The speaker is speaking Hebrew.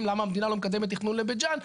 למה המדינה לא מקדמת תכנון לבית ג'אן,